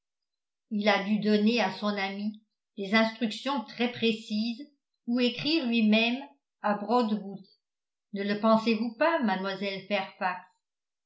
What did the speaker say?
il a dû donner à son ami des instructions très précises ou écrire lui-même à broadwood ne le pensez-vous pas